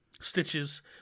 stitches